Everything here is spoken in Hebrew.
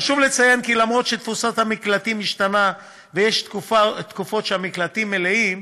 חשוב לציין כי אף שתפוסת המקלטים משתנה ויש תקופות שהמקלטים מלאים,